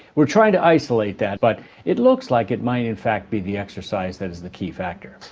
we're trying to isolate that but it looks like it might in fact be the exercise that is the key factor.